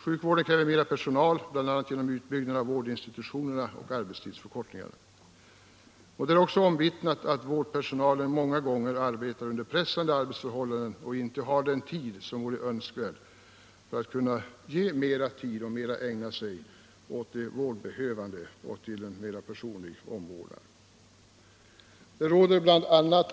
Sjukvården kräver mer personal, bl.a. genom utbyggnad av vårdinstutionerna och på grund av arbetstidsförkortningar. Det är också omvittnat att vårdpersonalen många gånger arbetar under pressande förhållanden och inte har den tid som vore önskvärd för att kunna ägna sig åt de vårdbehövande och ge en mera personlig omvårdnad. Det råder bl.a.